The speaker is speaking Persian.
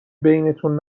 بینتون